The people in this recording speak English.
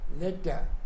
letter